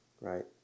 right